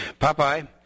Popeye